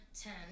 ten